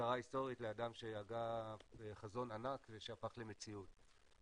הוקרה היסטורית לאדם שהגה חזון ענק ושהפך למציאות.